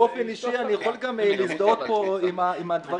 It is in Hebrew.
באופן אישי אני יכול להזדהות פה עם הדברים שנאמרו.